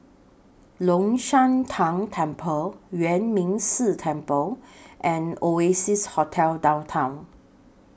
Long Shan Tang Temple Yuan Ming Si Temple and Oasia Hotel Downtown